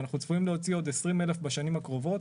ואנחנו צפויים להוציא עוד 20,000 בשנים הקרובות,